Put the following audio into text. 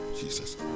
jesus